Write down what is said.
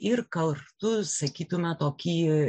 ir kartu sakytume tokį